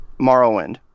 Morrowind